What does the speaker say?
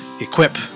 equip